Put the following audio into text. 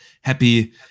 happy